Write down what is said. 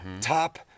Top